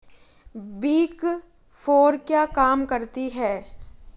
Big four क्या काम करती है?